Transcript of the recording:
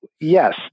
yes